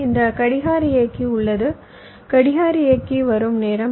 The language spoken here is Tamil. இந்த கடிகார இயக்கி உள்ளது கடிகார இயக்கி வரும் நேரம் T